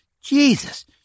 Jesus